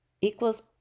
equals